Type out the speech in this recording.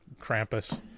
Krampus